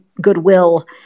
goodwill